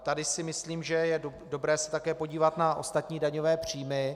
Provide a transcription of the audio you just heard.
Tady si myslím, že je dobré se také podívat na ostatní daňové příjmy.